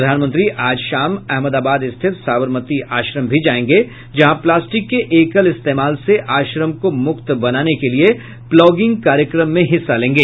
प्रधानमंत्री आज शाम अहमदाबाद स्थित साबरमती आश्रम भी जाएंगे जहां प्लास्टिक के एकल इस्तेमाल से आश्रम को मुक्त बनाने के लिए प्लॉगिंग कार्यक्रम में हिस्सा लेंगे